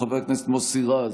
חבר הכנסת מוסי רז,